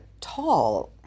tall